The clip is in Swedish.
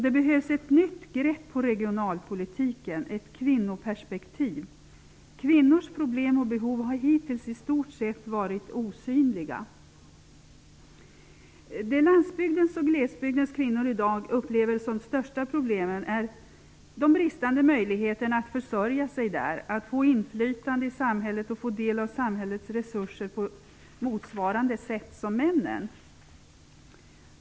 Det behövs ett nytt grepp på regionalpolitiken -- ett kvinnoperspektiv. Kvinnors problem och behov har hittills i stort sett varit osynliga. Det som landsbygdens och glesbygdens kvinnor i dag upplever som de största problemen är de bristande möjligheterna att försörja sig där, att få inflytande i samhället och att få del av samhällets resurser på motsvarande sätt som männen.